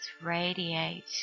radiate